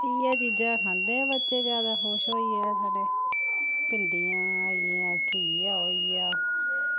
इयै चीजां खंदे बच्चे जादै खुश होइयै साढ़े भिंडियां होइयां घिया होइया